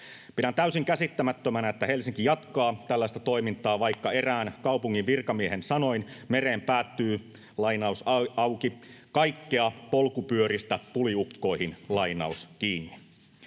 Pidän täysin käsittämättömänä, että Helsinki jatkaa tällaista toimintaa, vaikka erään kaupungin virkamiehen sanoin mereen päätyy ”kaikkea polkupyöristä puliukkoihin”. Helsinki